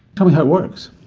tell me how it works.